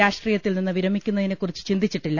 രാഷ്ട്രീയത്തിൽ നിന്ന് വിരമിക്കുന്നതിനെ കുറിച്ച് ചിന്തിച്ചിട്ടില്ല